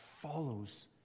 follows